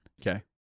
Okay